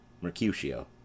mercutio